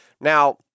Now